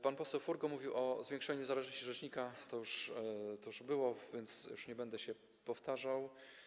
Pan poseł Furgo mówił o zwiększeniu niezależności rzecznika - to już było, więc już nie będę się powtarzał.